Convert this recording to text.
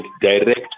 direct